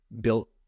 Built